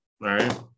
right